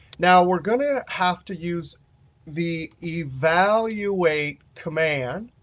now we're going to have to use the evaluate command,